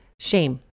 Shame